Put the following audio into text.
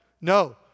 No